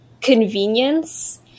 convenience